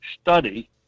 study